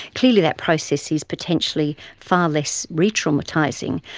clearly that process is potentially far less re-traumatising.